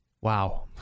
Wow